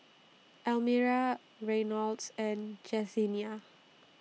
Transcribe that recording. Almira Reynolds and Jesenia